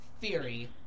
theory